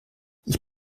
ich